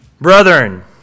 Brethren